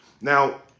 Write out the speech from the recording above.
Now